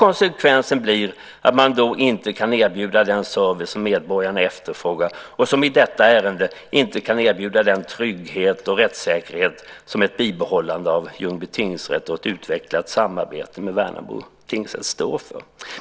Konsekvensen blir att man inte kan erbjuda den service som medborgarna efterfrågar och, som i detta ärende, inte kan erbjuda den trygghet och rättssäkerhet som ett bibehållande av Ljungby tingsrätt och ett utvecklat samarbete med Värnamo tingsrätt står för.